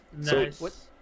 Nice